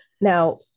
Now